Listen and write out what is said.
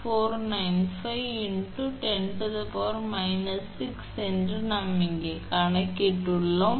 495 × 10−6 என்று நாம் இங்கு கணக்கிட்டுள்ளோம்